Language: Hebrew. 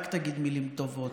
רק תגיד מילים טובות.